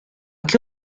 qué